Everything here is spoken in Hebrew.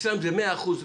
אצלם זה 100% מוכש"ר.